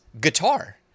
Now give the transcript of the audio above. guitar